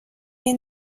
این